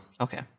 Okay